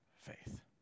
faith